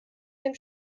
dem